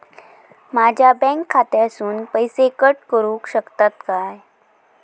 माझ्या बँक खात्यासून पैसे कट करुक शकतात काय?